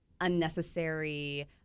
unnecessary